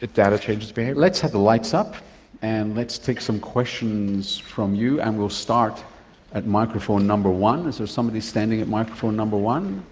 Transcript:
data changes behaviour. let's have the lights up and let's take some questions from you and we'll start at microphone number one. is there somebody standing at microphone number one?